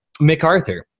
MacArthur